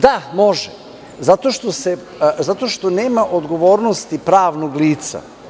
Da, može zato što nema odgovornosti pravnog lica.